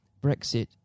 Brexit